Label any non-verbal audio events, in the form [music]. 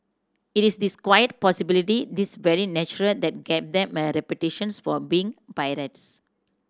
it is this quite [unintelligible] this very natural that gave them a reputations for being pirates